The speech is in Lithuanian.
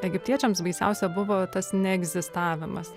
egiptiečiams baisiausia buvo tas neegzistavimas